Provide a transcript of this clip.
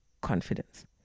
confidence